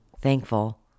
thankful